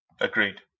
Agreed